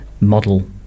model